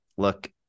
Look